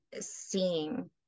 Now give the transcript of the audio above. seeing